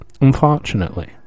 Unfortunately